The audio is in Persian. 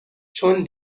چون